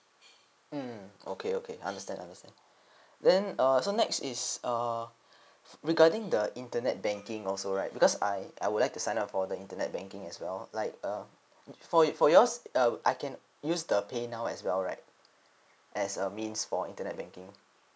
mm okay okay understand understand then uh so next is err regarding the internet banking also right because I I would like to sign up for the internet banking as well like uh for it for yours uh I can use the paynow as well right as a means for internet banking